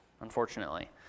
unfortunately